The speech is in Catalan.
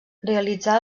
realitzà